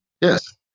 Yes